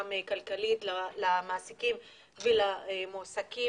גם כלכלית למעסיקים ולמועסקים,